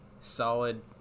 solid